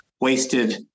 wasted